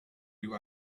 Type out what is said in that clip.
you